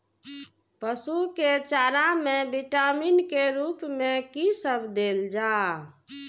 पशु के चारा में विटामिन के रूप में कि सब देल जा?